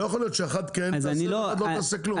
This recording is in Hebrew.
לא יכול להיות שאחת כן תעשה ואחת לא תעשה כלום.